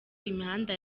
imihanda